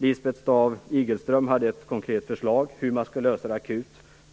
Lisbeth Staaf-Igelström hade ett konkret förslag till hur man skall lösa det akut.